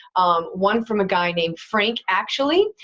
one from a guy named frank actually,